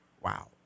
Wow